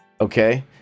okay